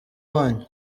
wanyu